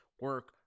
Work